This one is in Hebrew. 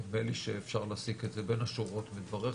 נדמה לי שאפשר להסיק את זה בין השורות מדבריך,